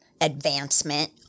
advancement